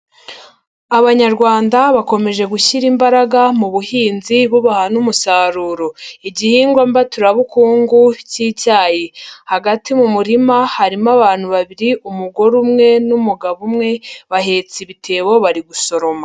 Abanyarwanda bakomeje gushyira imbaraga mu buhinzi bubaha n'umusaruro. Igihingwa mbaturabukungu cy'icyayi, hagati mu murima harimo abantu babiri, umugore umwe n'umugabo umwe, bahetse ibitebo bari gusoroma.